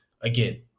again